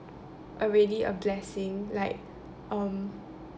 already a blessing like um